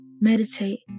Meditate